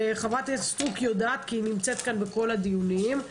וחה"כ סטרוק יודעת, כי היא נמצאת כאן בכל הדיונים.